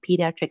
pediatric